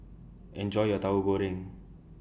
Enjoy your Tahu Goreng